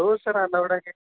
हो sir allowed आहे